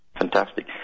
Fantastic